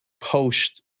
post